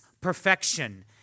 perfection